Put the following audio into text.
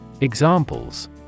Examples